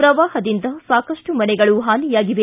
ಪ್ರವಾಹದಿಂದ ಸಾಕಷ್ಟು ಮನೆಗಳು ಹಾನಿಯಾಗಿವೆ